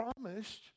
promised